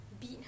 beat